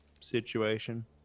situation